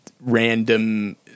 random